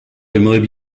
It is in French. aimeraient